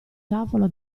tavolo